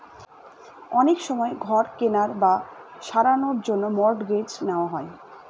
অনেক সময় ঘর কেনার বা সারানোর জন্য মর্টগেজ নেওয়া হয়